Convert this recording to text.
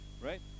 right